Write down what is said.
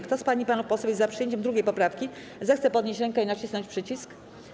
Kto z pań i panów posłów jest za przyjęciem 2. poprawki, zechce podnieść rękę i nacisnąć przycisk.